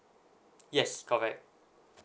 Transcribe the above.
yes correct